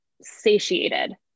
satiated